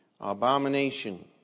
abomination